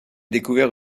découvert